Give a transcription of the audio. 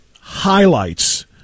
highlights